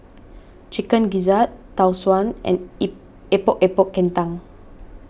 Chicken Gizzard Tau Suan and Epok Epok Kentang